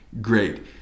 great